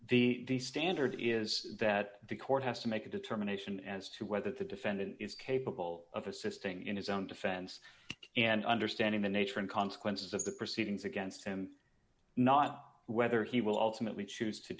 the standard is that the court has to make a determination as to whether the defendant is capable of assisting in his own defense and understanding the nature and consequences of the proceedings against him not whether he will ultimately choose to